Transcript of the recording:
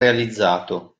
realizzato